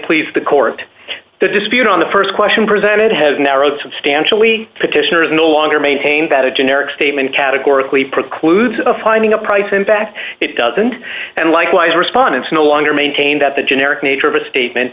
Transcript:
please the court the dispute on the st question presented has narrowed substantially petitioners no longer maintained that a generic statement categorically precludes of finding a price in fact it doesn't and likewise respondents no longer maintain that the generic nature of a statement